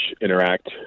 interact